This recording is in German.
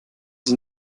sie